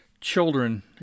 children